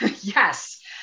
Yes